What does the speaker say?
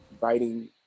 writing